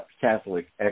Catholic